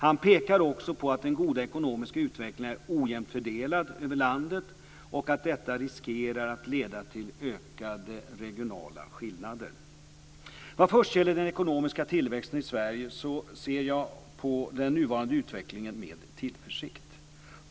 Han pekar också på att den goda ekonomiska utvecklingen är ojämnt fördelad över landet och att detta riskerar att leda till ökade regionala skillnader. Vad först gäller den ekonomiska tillväxten i Sverige så ser jag på den nuvarande utvecklingen med tillförsikt.